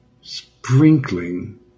sprinkling